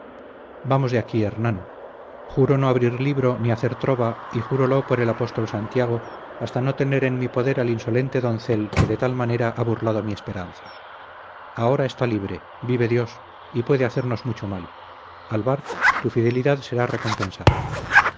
vamos de aquí hernán juro no abrir libro ni hacer trova y júrolo por el apóstol santiago hasta no tener en mi poder al insolente doncel que de tal manera ha burlado mi esperanza ahora está libre vive dios y puede hacernos mucho mal alvar tu fidelidad será recompensada